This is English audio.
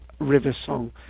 Riversong